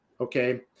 Okay